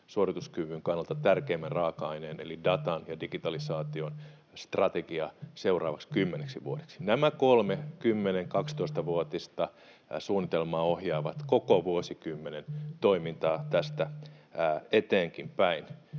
suorituskyvyn kannalta tärkeimmän raaka-aineen eli datan ja digitalisaation strategia seuraavaksi kymmeneksi vuodeksi. Nämä kolme 10—12-vuotista suunnitelmaa ohjaavat koko vuosikymmenen toimintaa tästä eteenkinpäin.